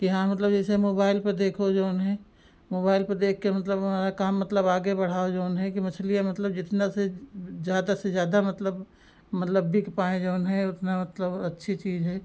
कि हाँ मतलब जैसे मोबाइल पर देखो जऊन है मोबाइल पर देखकर मतलब हमारा काम मतलब आगे बढ़ाओ जऊन है कि मछलियाँ मतलब जितना से ज़्यादा से ज़्यादा मतलब मतलब बिक पाएँ जऊन है उतना मतलब अच्छी चीज़ है